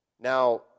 Now